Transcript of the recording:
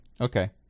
Okay